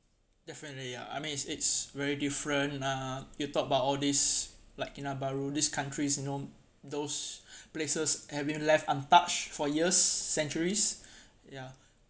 definitely ya I mean it is very different uh you talk about all these like kinabalu these countries you know those places have been left untouched for years centuries ya